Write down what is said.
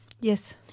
Yes